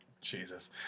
Jesus